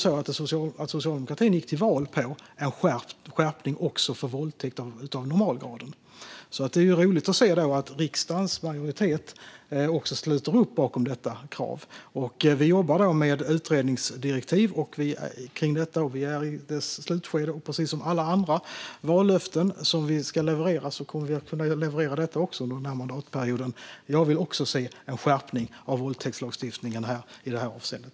Socialdemokraterna gick till val på en straffskärpning också för våldtäkt av normalgraden, så det är roligt att se att riksdagens majoritet sluter upp bakom detta krav. Vi är nu i slutskedet av vårt arbete med ett utredningsdirektiv kring detta. Och precis som alla andra vallöften som vi ska leverera kommer vi också att kunna leverera detta under den här mandatperioden. Jag vill också se en skärpning av våldtäktslagstiftningen i det här avseendet.